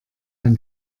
ein